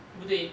对不对